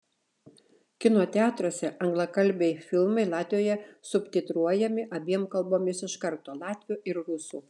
kino teatruose anglakalbiai filmai latvijoje subtitruojami abiem kalbomis iš karto latvių ir rusų